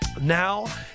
Now